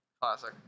Classic